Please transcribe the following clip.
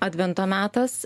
advento metas